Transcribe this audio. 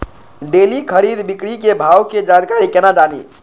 Daily खरीद बिक्री के भाव के जानकारी केना जानी?